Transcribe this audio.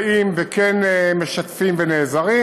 באים וכן משתפים ונעזרים,